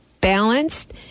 balanced